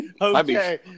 Okay